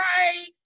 right